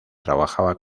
trabajaba